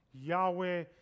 Yahweh